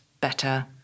better